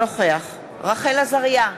אינו נוכח רחל עזריה,